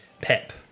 Pep